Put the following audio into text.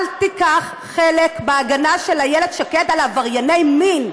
אל תיקח חלק בהגנה של איילת שקד על עברייני מין.